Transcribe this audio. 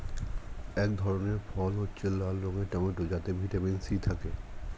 এক ধরনের ফল হচ্ছে লাল রঙের টমেটো যাতে ভিটামিন সি থাকে